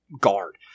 guard